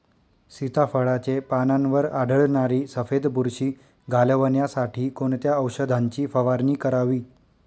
सीताफळाचे पानांवर आढळणारी सफेद बुरशी घालवण्यासाठी कोणत्या औषधांची फवारणी करावी?